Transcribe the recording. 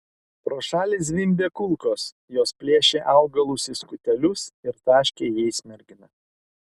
pro šalį zvimbė kulkos jos plėšė augalus į skutelius ir taškė jais merginą